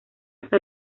hasta